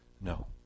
no